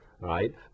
right